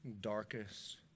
darkest